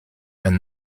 and